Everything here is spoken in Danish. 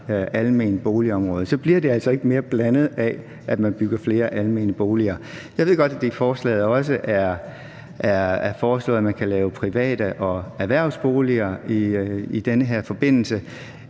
alment boligområde. For så bliver det altså ikke mere blandet af, at man bygger flere almene boliger. Jeg ved godt, at der også i forslaget bliver foreslået, at man kan lave private boliger og boliger i den her forbindelse.